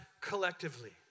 collectively